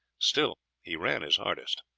still he ran his hardest.